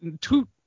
two